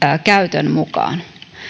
käytön mukaan